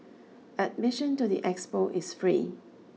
admission to the expo is free